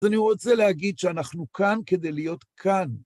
אז אני רוצה להגיד שאנחנו כאן כדי להיות כאן.